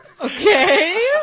Okay